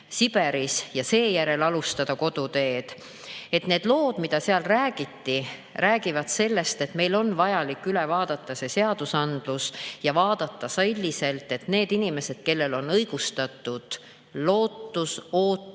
Siberis ja seejärel alustada koduteed. Need lood, mida seal räägiti, räägivad sellest, et meil on vaja üle vaadata need seadused ja vaadata selliselt, et saaksid lahenduse need inimesed, kellel on õigustatud lootus, ootus